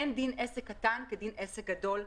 אין דין עסק קטן כדין עסק גדול,